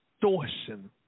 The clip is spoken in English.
distortion